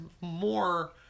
more